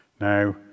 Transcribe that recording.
Now